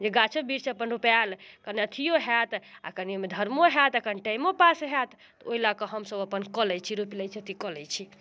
जे गाछो बिरिछ अपन रोपाएल कनि अथिओ हैत कनि ओहिमे धरमो हैत आओर कनि टाइमो पास हैत तऽ ओहि लऽ कऽ हमसब कऽ लै छी रोपि लै छी अथी कऽ लै छी